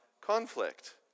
conflict